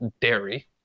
dairy